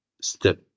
step